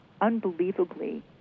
unbelievably